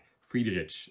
Friedrich